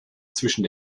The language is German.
zwischen